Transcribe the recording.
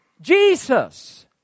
Jesus